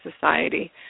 society